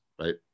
right